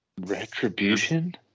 Retribution